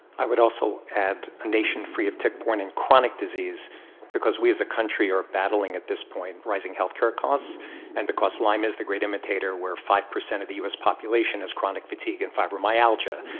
i would also add a nation free of tick-borne and chronic disease because we as a country are battling, at this point, rising healthcare costs and because lime is the great imitator where five percent of the u s. population has chronic fatigue and fibromyalgia.